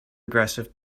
aggressive